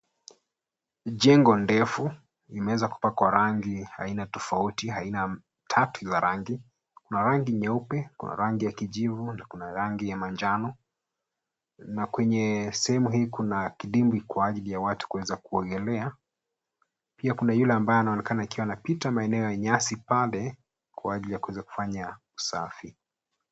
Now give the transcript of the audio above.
Jengo ndefu limeweza kupakwa rangi aina tofauti. Aina tatu za rangi. Kuna rangi nyeupe, kuna rangi ya kijivu na kuna rangi ya manjano. Na kwenya sehemu hii kuna kidimbwi kwa ajili ya watu kuweza kuogelea. Pia kuna yule ambaye anaonekana akiwa anapita maeneo ya nyasi pale kwa ajili ya kuweza kufanya usafi.